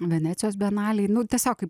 venecijos bienalėj nu tiesiog kaip